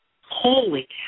Holy